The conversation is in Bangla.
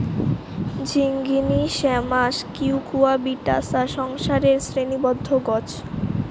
ঝিঙ্গিনী শ্যামাস কিউকুয়াবিটাশা সংসারের শ্রেণীবদ্ধ গছ